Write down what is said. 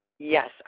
Yes